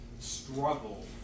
struggle